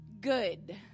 good